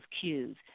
cues